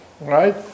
right